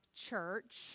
church